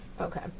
Okay